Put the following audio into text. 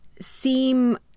Seem